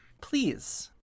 Please